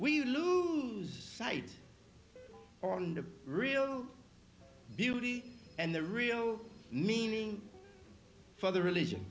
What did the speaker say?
we lose sight on the real beauty and the real meaning for the religion